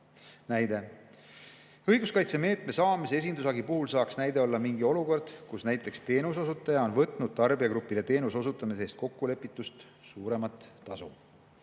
Näide. Õiguskaitsemeetme saamise esindushagi puhul saaks näide olla mingi olukord, kus näiteks teenuse osutaja on võtnud tarbijagrupile teenuse osutamise eest kokkulepitust suuremat tasu.